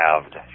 calved